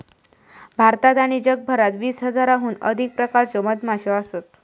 भारतात आणि जगभरात वीस हजाराहून अधिक प्रकारच्यो मधमाश्यो असत